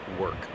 work